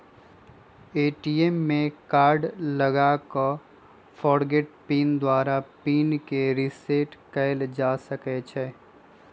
ATM में card लगा कऽ फ़ॉरगोट पिन द्वारा पिन के रिसेट कएल जा सकै छै